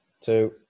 Two